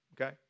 okay